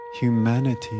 humanity